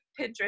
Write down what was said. Pinterest